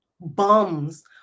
bums